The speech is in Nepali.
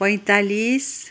पैँतालिस